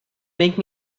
make